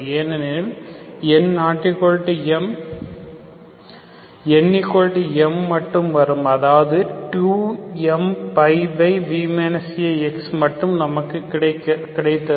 ஏனெனில் என் n≠m n m மட்டும் வரும் அதாவது 2mπb a x மட்டும் நமக்கு கிடைத்தது